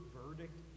verdict